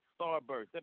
starburst